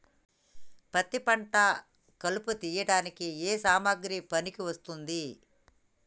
పత్తి పంట కలుపు తీయడానికి ఏ సామాగ్రి పనికి వస్తుంది?